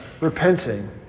repenting